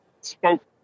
spoke